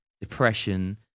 depression